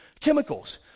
Chemicals